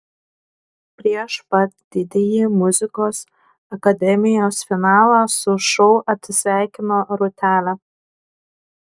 prieš pat didįjį muzikos akademijos finalą su šou atsisveikino rūtelė